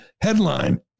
Headline